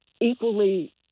equally